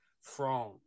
France